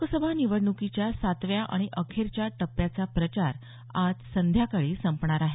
लोकसभा निवडणुकीच्या सातव्या आणि अखेरच्या टप्प्याचा प्रचार आज संध्याकाळी संपेल